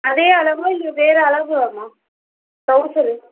அதே அளவா இல்லை வேறு அளவாம்மா டவுசரு